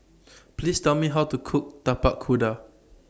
Please Tell Me How to Cook Tapak Kuda